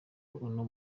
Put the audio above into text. uno